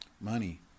Money